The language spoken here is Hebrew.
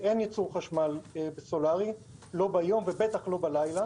אין ייצור חשמל סולארי לא ביום ובטח לא בלילה